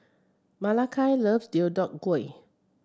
Malakai love Deodeok Gui